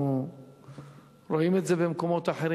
אנחנו רואים את זה במקומות אחרים,